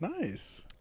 Nice